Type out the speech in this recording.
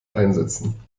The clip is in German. einsetzen